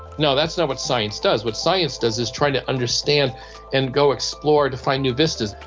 no, that's not what science does. what science does is try to understand and go explore, to find new vistas,